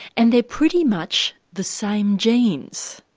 and they're pretty much the same genes,